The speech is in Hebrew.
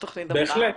בהחלט.